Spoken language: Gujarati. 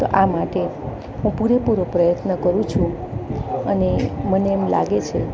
તો આ માટે હું પૂરેપૂરો પ્રયત્ન કરું છું અને મને એમ લાગે છે